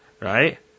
right